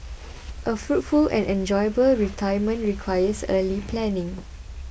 a fruitful and enjoyable retirement requires early planning